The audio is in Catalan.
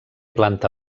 planta